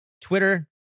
Twitter